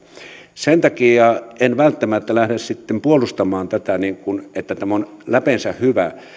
sen takia en välttämättä lähde sitten puolustamaan tätä niin että tämä on läpeensä hyvä